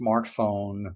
smartphone